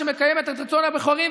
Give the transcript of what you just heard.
שמקיימת את רצון הבוחרים,